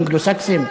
אנגלו-סקסים.